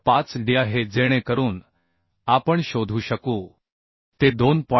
5dआहे जेणेकरून आपण शोधू शकू ते 2